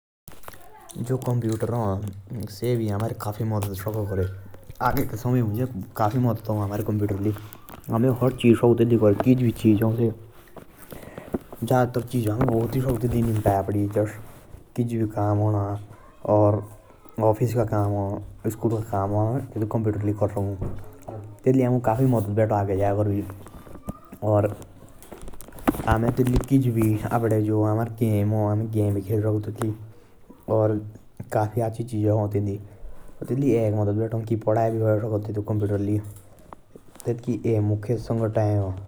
जो कंप्यूटर हाँ से अमरे काफी मदद करा। अमे तेतु लाई कुछ भी चीज कर साकु। अमे तेतु लाई किछ भी क निपटाये साकु स्या भा ऑफिस का हो चाइ स्कूल का।